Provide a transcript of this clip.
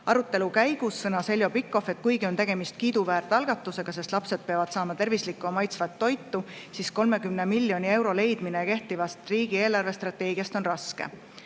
Arutelu käigus sõnas Heljo Pikhof, et kuigi on tegemist kiiduväärt algatusega, sest lapsed peavad saama tervislikku ja maitsvat toitu, on 30 miljoni euro leidmine praeguse riigi eelarvestrateegia puhul raske.